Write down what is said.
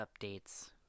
updates